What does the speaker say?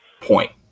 point